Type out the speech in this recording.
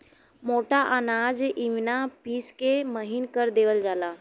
मोटा अनाज इमिना पिस के महीन कर देवल जाला